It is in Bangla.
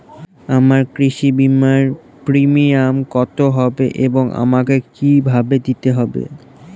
আমার কৃষি বিমার প্রিমিয়াম কত হবে এবং আমাকে কি ভাবে দিতে হবে?